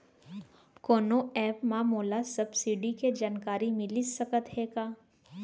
कोनो एप मा मोला सब्सिडी के जानकारी मिलिस सकत हे का?